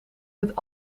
met